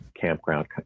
campground